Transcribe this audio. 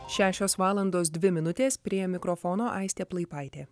šešios valandos dvi minutės prie mikrofono aistė plaipaitė